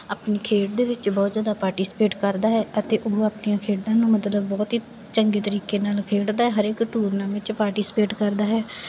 ਆਪਣੀ ਖੇਡ ਦੇ ਵਿੱਚ ਬਹੁਤ ਜ਼ਿਆਦਾ ਪਾਰਟੀਸਪੇਟ ਕਰਦਾ ਹੈ ਅਤੇ ਉਹ ਆਪਣੀਆਂ ਖੇਡਾਂ ਨੂੰ ਮਤਲਬ ਬਹੁਤ ਹੀ ਚੰਗੇ ਤਰੀਕੇ ਨਾਲ ਖੇਡਦਾ ਹਰੇਕ ਟੂਰਨਾ ਵਿੱਚ ਪਾਰਟੀਸਪੇਟ ਕਰਦਾ ਹੈ